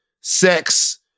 sex